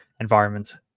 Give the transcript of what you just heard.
environment